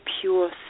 pure